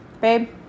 Babe